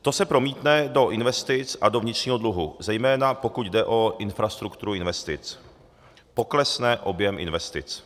To se promítne do investic a do vnitřního dluhu, zejména pokud jde o infrastrukturu investic, poklesne objem investic.